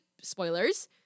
spoilers